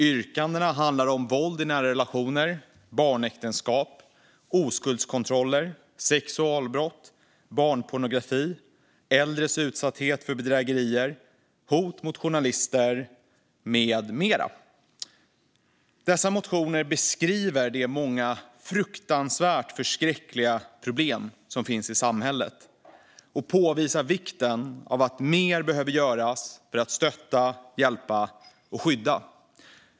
Yrkandena handlar om våld i nära relationer, barnäktenskap, oskuldskontroller, sexualbrott, barnpornografi, äldres utsatthet för bedrägerier, hot mot journalister med mera. Dessa motioner beskriver de många fruktansvärda och förskräckliga problem som finns i samhället och påvisar vikten av att mer görs för att stötta, hjälpa och skydda.